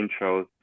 intros